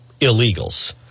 illegals